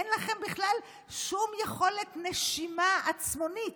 אין לכם בכלל שום יכולת נשימה עצמונית,